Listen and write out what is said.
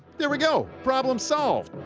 there we go. problem solved.